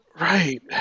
Right